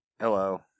hello